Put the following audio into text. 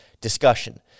discussion